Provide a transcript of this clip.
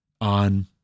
on